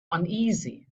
uneasy